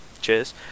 cheers